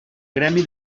gremi